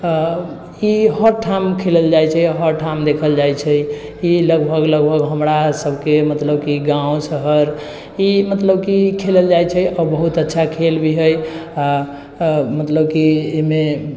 ई हर ठाम खेलल जाइ छै हर ठाम देखल जाइ छै ई लगभग लगभग हमरा सभके मतलब कि गाँव शहर ई मतलब कि खेलल जाइ छै आओर बहुत अच्छा खेल भी है मतलब कि एहिमे